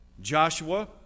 Joshua